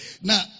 Now